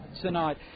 tonight